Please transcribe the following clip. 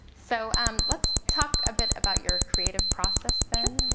so um let's talk a bit about your creative process then.